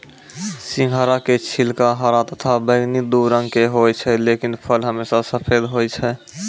सिंघाड़ा के छिलका हरा तथा बैगनी दू रंग के होय छै लेकिन फल हमेशा सफेद होय छै